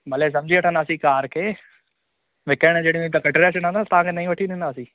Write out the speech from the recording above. भले सम्झी वठंदासीं कार खे विकिणणु जहिड़ियूं इन त कढाए छॾंदासीं तव्हां खे नई वठी ॾींदासीं